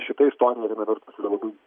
šita istorija viena vertus yra labai